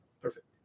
Perfect